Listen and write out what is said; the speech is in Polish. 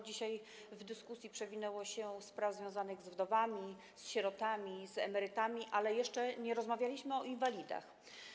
Dzisiaj w dyskusji przewinęło się sporo spraw związanych z wdowami, z sierotami, z emerytami, ale jeszcze nie rozmawialiśmy o inwalidach.